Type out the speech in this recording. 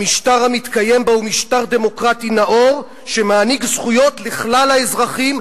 המשטר המתקיים בה הוא משטר דמוקרטי נאור שמעניק זכויות לכלל האזרחים,